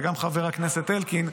גם לחבר הכנסת אלקין,